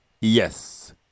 Yes